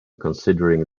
considering